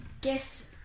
Guess